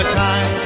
time